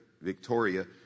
Victoria